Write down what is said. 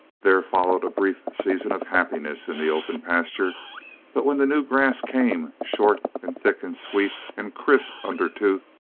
there followed a brief season of happiness in the open pasture but when the new grass came, short and thick and sweet and crisp under tooth,